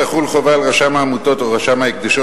תחול חובה על רשם העמותות או רשם ההקדשות,